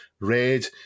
red